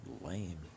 lame